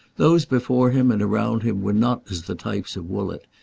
those before him and around him were not as the types of woollett,